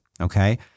okay